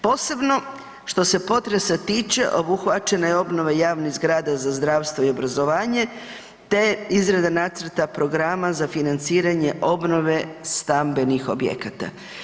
Posebno što se potresa tiče obuhvaćena je obnova javnih zgrada za zdravstvo i obrazovanje te izrada nacrta programa za financiranje obnove stambenih objekata.